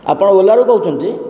ଆପଣ ଓଲାରୁ କହୁଛନ୍ତି